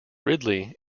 ridley